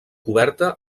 coberta